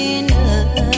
enough